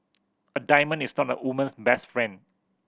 a diamond is not a woman's best friend